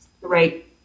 right